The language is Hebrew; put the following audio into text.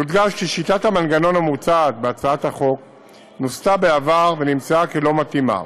יודגש כי שיטת המנגנון המוצעת בהצעת החוק נוסתה בעבר ונמצאה לא מתאימה,